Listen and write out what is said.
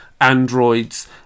androids